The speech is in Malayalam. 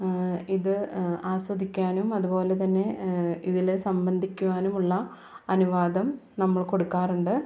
ഇത് ആസ്വദിക്കാനും അതുപോലെ തന്നെ ഇതിൽ സംബന്ധിക്കുവാനുമുള്ള അനുവാദം നമ്മൾ കൊടുക്കാറുണ്ട്